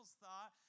thought